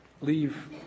leave